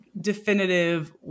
definitive